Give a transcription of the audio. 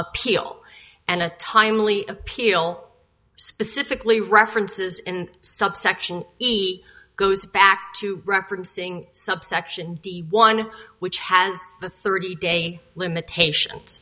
appeal and a timely appeal specifically references and subsection he goes back to referencing subsection one which has the thirty day limitations